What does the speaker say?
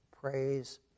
praise